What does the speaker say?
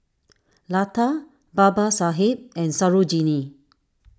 Lata Babasaheb and Sarojini